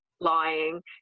lying